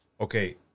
Okay